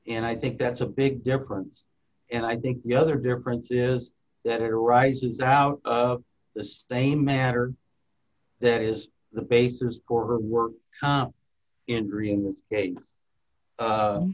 and i think that's a big difference and i think the other difference is that arises out the stain matter that is the basis for her work